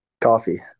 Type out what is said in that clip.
coffee